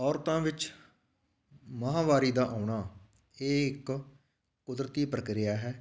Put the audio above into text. ਔਰਤਾਂ ਵਿੱਚ ਮਾਹਵਾਰੀ ਦਾ ਆਉਣਾ ਇਹ ਇੱਕ ਕੁਦਰਤੀ ਪ੍ਰਕਿਰਿਆ ਹੈ